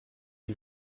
les